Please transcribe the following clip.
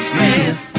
Smith